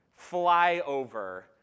flyover